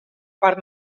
parc